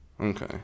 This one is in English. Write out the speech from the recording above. Okay